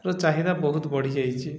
ର ଚାହିଦା ବହୁତ ବଢ଼ିଯାଇଛି